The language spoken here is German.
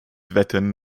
wetten